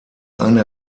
eine